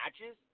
matches